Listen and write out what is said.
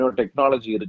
technology